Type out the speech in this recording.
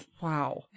wow